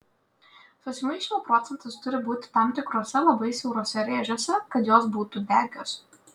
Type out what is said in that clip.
susimaišymo procentas turi būti tam tikruose labai siauruose rėžiuose kad jos būtų degios